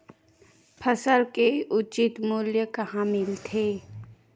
फसल के उचित मूल्य कहां मिलथे?